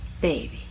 Baby